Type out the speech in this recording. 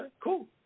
cool